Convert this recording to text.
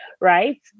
right